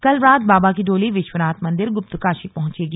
कल रात बाबा की डोली विश्वनाथ मंदिर गुप्तकाशी पहुंचेगी